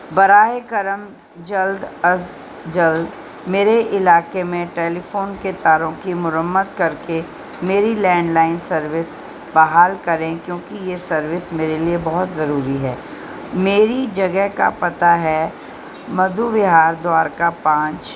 براہ کرم جلد از جلد میرے علاقے میں ٹیلیفون کے تاروں کی مرمت کر کے میری لینڈ لائن سروس بحال کریں کیونکہ یہ سروس میرے لیے بہت ضروری ہے میری جگہ کا پتہ ہے مدھو وہار دوارکا پانچ